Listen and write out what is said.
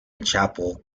chapel